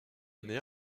année